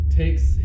takes